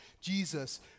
Jesus